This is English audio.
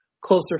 closer